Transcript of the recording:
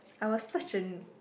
I was such a n~